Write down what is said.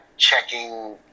checking